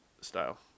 style